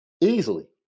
Easily